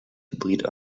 hybrid